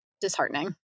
disheartening